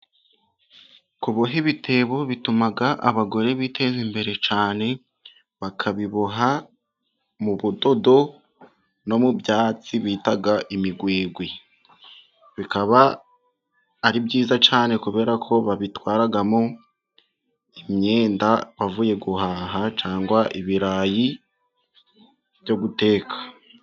Kuboha ibitebo bituma abagore biteza imbere cyane, bakabiboha mu budodo, no mu byatsi bita imigwegwe. Bikaba ari byiza cyane kubera ko babitwaramo imyenda, bavuye guhaha cyangwa ibirayi byo guteka.